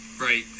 Right